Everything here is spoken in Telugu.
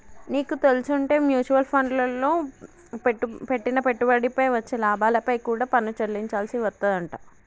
నీకు తెల్సుంటే మ్యూచవల్ ఫండ్లల్లో పెట్టిన పెట్టుబడిపై వచ్చే లాభాలపై కూడా పన్ను చెల్లించాల్సి వత్తదంట